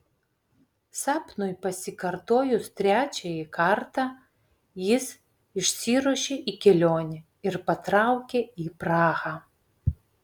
sapnui pasikartojus trečiąjį kartą jis išsiruošė į kelionę ir patraukė į prahą